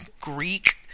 Greek